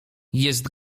jest